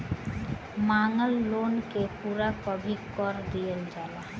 मांगल लोन के पूरा कभी कर दीहल जाला